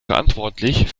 verantwortlich